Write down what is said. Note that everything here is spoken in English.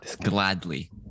gladly